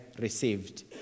received